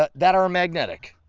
ah that are magnetic,